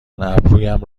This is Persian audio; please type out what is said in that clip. ابرویم